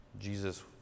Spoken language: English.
Jesus